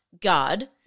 God